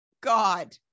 God